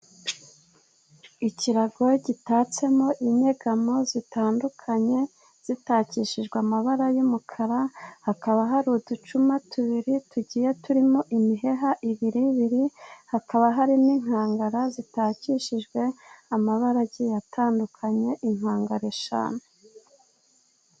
Ikirago gitatsemo inyegamo zitandukanye zitakishijwe amabara y'umukara hakaba hari uducuma tubiri tugiye turimo imiheha ibiri ibiri, hakaba hari n'inkangara zitakishijwe amabara agiye atandukanye ikangara eshanu.